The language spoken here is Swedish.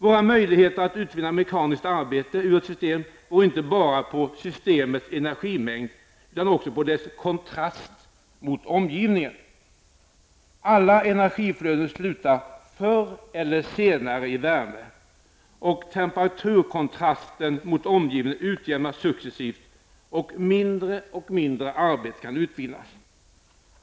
Våra möjligheter att utvinna mekaniskt arbete ur ett system beror inte bara på systemets energimängd, utan också på dess kontrast mot omgivningen. Alla energiflöden slutar förr eller senare i värme, och temperaturkontrasten mot omgivningen utjämnas successivt. Därmed kan mindre och mindre arbete utvinnas.